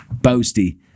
boasty